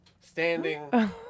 standing